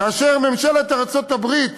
כאשר ממשלת ארצות-הברית